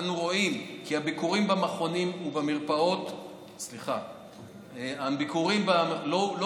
אנו רואים כי הביקורים במכונים ובמרפאות לא הצטמצמו,